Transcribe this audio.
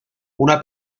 una